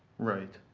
right.